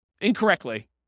incorrectly